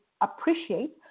appreciate